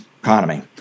economy